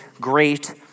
great